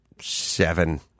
seven